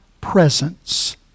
presence